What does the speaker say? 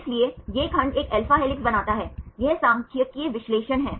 इसलिए ये खंड एक alpha हेलिक्स बनाता है यह सांख्यिकीय विश्लेषण है